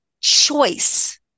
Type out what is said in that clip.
choice